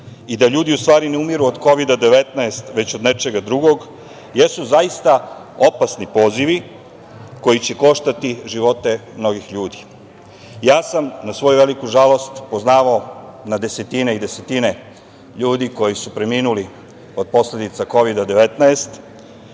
o da ljudi ne umiru u stvari od Kovida 19 već od nečega drugog“ jesu zaista opasni pozivi koji će koštati živote mnogih ljudi. Na svoju veliku žalost sam poznavao na desetine i desetine ljudi koji su preminuli od posledica Kovida 19.